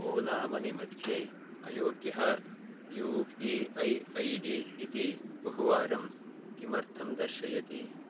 ओला मनि मध्ये अयोग्यः U P I I D इति बहुवारं किमर्थं दर्शयति